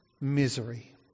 Misery